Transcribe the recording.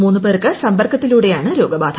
മൂന്ന് പേർക്ക് സമ്പർക്കത്തിലൂടെ യാണ് രോഗബാധ